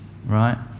Right